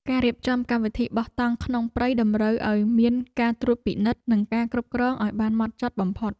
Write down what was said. ការរៀបចំកម្មវិធីបោះតង់ក្នុងព្រៃតម្រូវឱ្យមានការត្រួតពិនិត្យ និងការគ្រប់គ្រងឱ្យបានហ្មត់ចត់បំផុត។